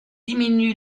diminue